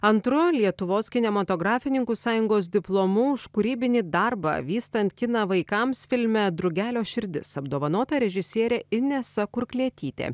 antru lietuvos kinematografininkų sąjungos diplomu už kūrybinį darbą vystant kiną vaikams filme drugelio širdis apdovanota režisierė inesa kurklietytė